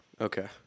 Okay